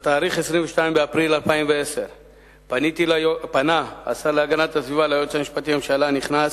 ב-22 באפריל 2010 פנה השר להגנת הסביבה ליועץ המשפטי לממשלה הנכנס,